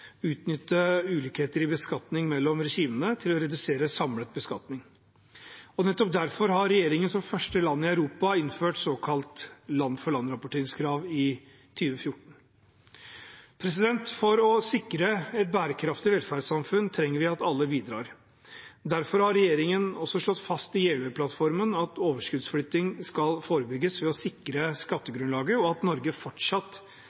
utnytte ulikheter i beskatning mellom regimene til å redusere samlet beskatning. Nettopp derfor innførte regjeringen som første land i Europa et såkalt land-for-land-rapporteringskrav i 2014. For å sikre et bærekraftig velferdssamfunn trenger vi at alle bidrar. Derfor har regjeringen slått fast i Jeløya-plattformen at overskuddsflytting skal forebygges ved å sikre skattegrunnlaget, og at Norge fortsatt